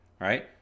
Right